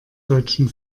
deutschen